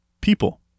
people